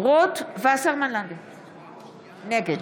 נגד